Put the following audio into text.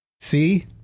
See